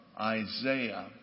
Isaiah